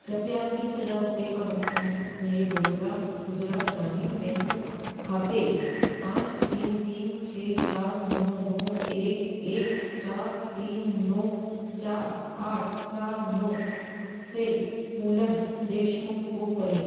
कृपया तीस हज़ार रुपये का भुगतान मेरे बड़ौदा गुजरात ग्रामीण बैंक खाते पाँच तीन तीन छः चार नौ नौ एक एक चार तीन नौ चार आठ चार नौ से फ़ूलन देशमुख को करें